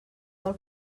del